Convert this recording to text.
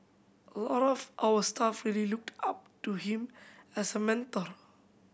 a lot of our staff really looked up to him as a mentor